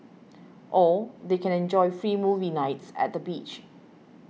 or they can enjoy free movie nights at the beach